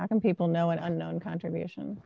how can people know an unknown contribution